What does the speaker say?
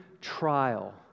trial